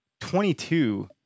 22